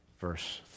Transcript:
verse